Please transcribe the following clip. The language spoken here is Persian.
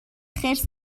خرس